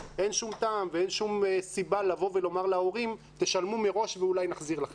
אין שום טעם ואין שום סיבה לומר להורים תשלמו מראש ואולי נחזיר לכם.